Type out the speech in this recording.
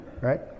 Right